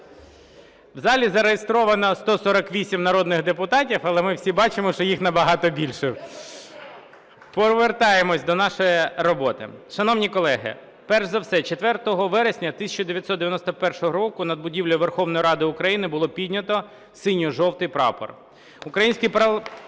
У залі зареєстровано 148 народних депутатів. Але ми всі бачимо, що їх набагато більше. Повертаємося до нашої роботи. Шановні колеги, перш за все 4 вересня 1991 року над будівлею Верховної Ради України було піднято синьо-жовтий прапор.